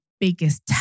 biggest